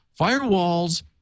Firewalls